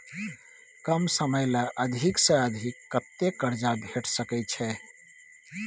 कम समय ले अधिक से अधिक कत्ते कर्जा भेट सकै छै?